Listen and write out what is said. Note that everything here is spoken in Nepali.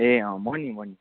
ए चाहिँ म नि म नि